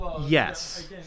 Yes